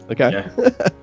Okay